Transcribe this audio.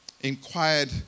inquired